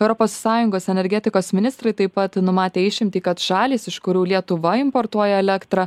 europos sąjungos energetikos ministrai taip pat numatė išimtį kad šalys iš kurių lietuva importuoja elektrą